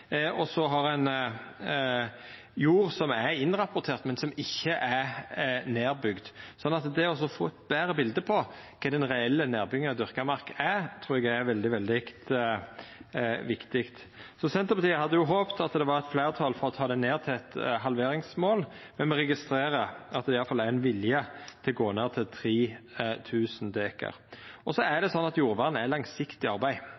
og så har ein jord som er innrapportert, men som ikkje er nedbygd. Så det å få eit betre bilete av kva den reelle nedbygginga av dyrka mark er, trur eg er veldig, veldig viktig. Senterpartiet hadde håpt at det var eit fleirtal for å ta det ned til eit halveringsmål, men me registrerer at det i alle fall er ein vilje til å gå ned til 3 000 dekar. Jordvern er langsiktig arbeid, det er